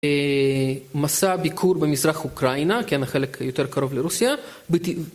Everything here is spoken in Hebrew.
מסע ביקור במזרח אוקראינה, כי אני חלק יותר קרוב לרוסיה.